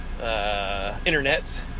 Internets